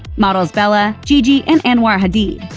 models bella, gigi, and anwar hadid,